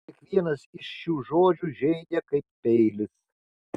kiekvienas iš šių žodžių žeidė kaip peilis